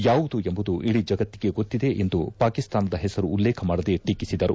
ಯಾವುದು ಎಂಬುದು ಇಡೀ ಜಗತ್ತಿಗೆ ಗೊತ್ತಿದೆ ಎಂದು ಪಾಕಿಸ್ತಾನದ ಪೆಸರು ಉಲ್ಲೇಖ ಮಾಡದೇ ಟೀಕಿಸಿದರು